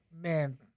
man